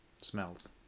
smells